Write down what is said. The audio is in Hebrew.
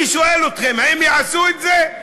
אני שואל אתכם, האם יעשו את זה?